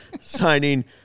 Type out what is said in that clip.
signing